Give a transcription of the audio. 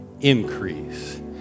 increase